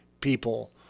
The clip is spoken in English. people